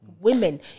women